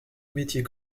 métier